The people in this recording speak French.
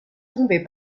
tomber